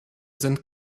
sind